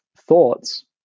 thoughts